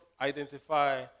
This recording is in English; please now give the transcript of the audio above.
identify